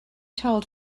told